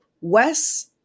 Wes